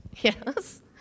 Yes